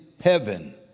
heaven